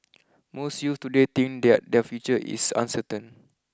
most youths today think that their future is uncertain